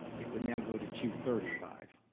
it would now go to two thirty five,